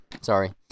Sorry